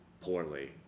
poorly